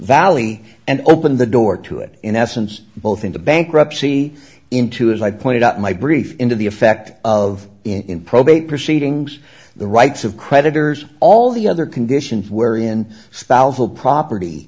valley and opened the door to it in essence both into bankruptcy into as i pointed out my brief into the effect of in probate proceedings the rights of creditors all the other conditions where in salvo property